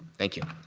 thank you,